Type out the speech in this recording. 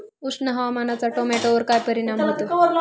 उष्ण हवामानाचा टोमॅटोवर काय परिणाम होतो?